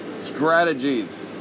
Strategies